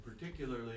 particularly